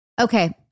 Okay